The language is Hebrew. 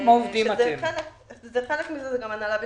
חלק מזה הוא גם הנהלה וכלליות.